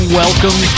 welcome